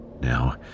Now